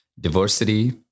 Diversity